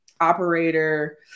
operator